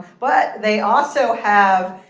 but they also have